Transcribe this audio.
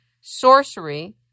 sorcery